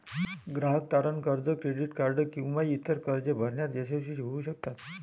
ग्राहक तारण कर्ज, क्रेडिट कार्ड किंवा इतर कर्जे भरण्यात अयशस्वी होऊ शकतात